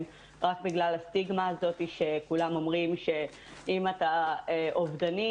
רק בגלל הסטיגמה הזאת שכולם אומרים שאם אתה אובדני,